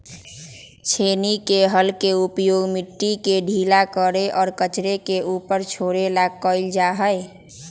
छेनी के हल के उपयोग मिट्टी के ढीला करे और कचरे के ऊपर छोड़े ला कइल जा हई